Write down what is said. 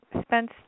Spence